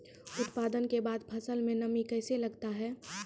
उत्पादन के बाद फसल मे नमी कैसे लगता हैं?